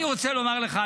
אני רוצה לומר לך,